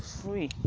free